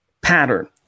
pattern